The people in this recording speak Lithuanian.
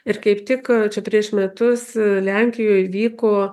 ir kaip tik čia prieš metus lenkijoj vyko